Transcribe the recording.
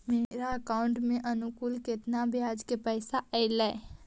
मेरे अकाउंट में अनुकुल केतना बियाज के पैसा अलैयहे?